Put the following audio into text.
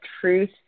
truth